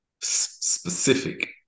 specific